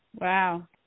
Wow